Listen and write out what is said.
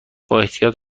بااحتیاط